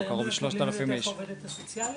דרך העוברת הסוציאלית?